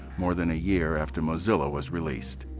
more than a year after mozilla was released.